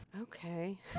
Okay